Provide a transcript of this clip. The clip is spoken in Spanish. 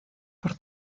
por